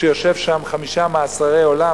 שיושב שם חמישה מאסרי עולם?